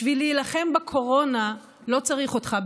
בשביל להילחם בקורונה לא צריך אותך,